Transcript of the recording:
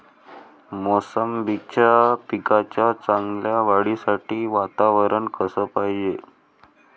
मोसंबीच्या पिकाच्या चांगल्या वाढीसाठी वातावरन कस पायजे?